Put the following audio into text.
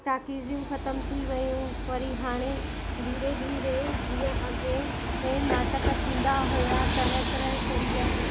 टाकिजियूं खतम थी वियूं वरी हाणे धीरे धीरे जीअं अॻिए इहे नाटक थींदा हुआ तरह तरहनि जा